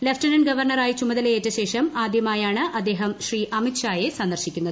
lieutenant ഗവർണറായി ചുമതലയേറ്റ ശേഷം ആദ്യമായാണ് അദ്ദേഹം ശ്രീ അമിത് ഷായെ സന്ദർശിക്കുന്നത്